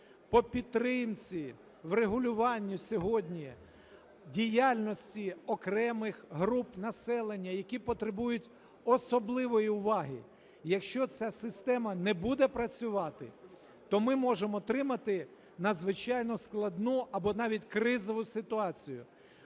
по підтримці, врегулюванню сьогодні діяльності окремих груп населення, які потребують особливої уваги, якщо ця система не буде працювати, то ми можемо отримати надзвичайно складну, або навіть кризову, ситуацію,